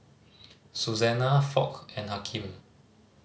Susannah Foch and Hakeem